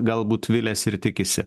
galbūt viliasi ir tikisi